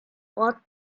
what